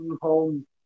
Home